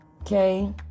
Okay